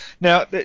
now